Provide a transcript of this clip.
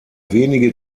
wenige